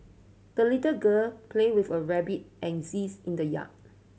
the little girl play with a rabbit and geese in the yard